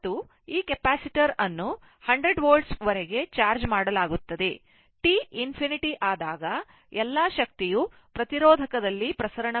ಮತ್ತು ಈ ಕೆಪಾಸಿಟರ್ ಅನ್ನು 100 volt ವರೆಗೆ charge ಮಾಡಲಾಗುತ್ತದೆ ಮತ್ತು t ∞ ಆದಾಗ ಎಲ್ಲಾ ಶಕ್ತಿಯು ಪ್ರತಿರೋಧಕದಲ್ಲಿ ಪ್ರಸರಣಗೊಳ್ಳುತ್ತದೆ